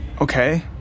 Okay